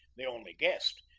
the only guest,